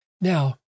Now